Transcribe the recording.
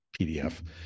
PDF